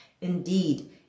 indeed